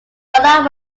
ballard